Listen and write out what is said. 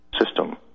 system